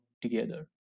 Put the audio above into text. together